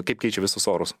kaip keičia visus orus